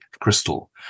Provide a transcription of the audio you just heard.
crystal